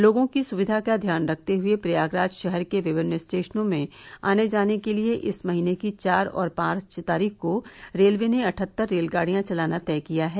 लोगों की सुविधा का ध्यान रखते हुए प्रयागराज शहर के विमिन्न स्टेशनों में आने जाने के लिए इस महीने की चार और पांच तारीख को रेलवे ने अठहत्तर रेलगाड़ियां चलाना तय किया है